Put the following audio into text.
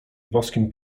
boskim